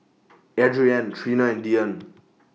Adrienne Trina and Deane